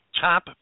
top